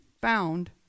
found